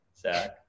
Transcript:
Zach